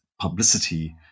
publicity